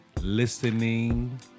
listening